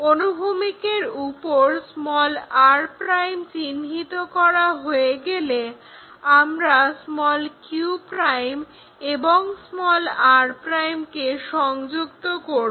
অনুভূমিকের উপর r' চিহ্নিত করা হয়ে গেলে আমরা q' এবং r' কে সংযুক্ত করব